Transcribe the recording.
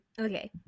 Okay